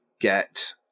get